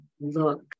look